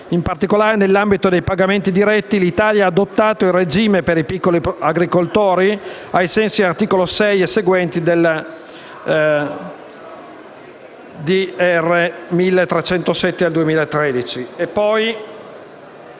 In particolare, nell'ambito dei pagamenti diretti l'Italia ha adottato il regime per i piccoli agricoltori ai sensi dell'articolo 6 e seguenti del regolamento